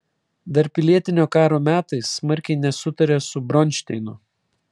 dar pilietinio karo metais smarkiai nesutarė su bronšteinu